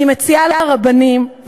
אני מציעה לרבנים,